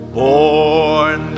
born